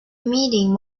meeting